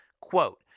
Quote